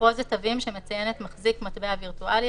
מחרוזת תווים שמציינת מחזיק מטבע וירטואלי,